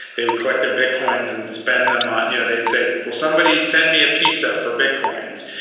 they would collect their bitcoins and spend them, ah you know they'd say, will somebody send me a pizza for bitcoins,